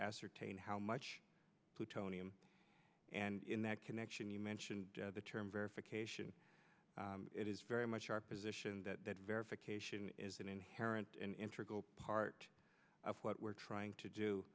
ascertain how much plutonium and in that connection you mentioned the term verification it is very much our position that verification is an inherent in part of what we're trying to do